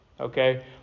Okay